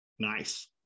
Nice